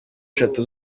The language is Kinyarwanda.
eshatu